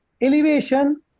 elevation